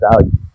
value